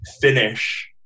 finish